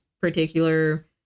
particular